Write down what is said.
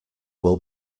will